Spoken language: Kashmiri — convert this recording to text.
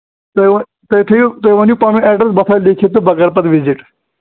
تُہۍ تھٲیِو تُہۍ ؤنۍیو پَنُن اٮ۪ڈرَس بہٕ تھاوٕ لیکھِتھ تہٕ بہٕ کَرٕ پَتہٕ وِزِٹ